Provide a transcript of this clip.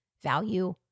value